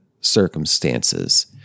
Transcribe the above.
circumstances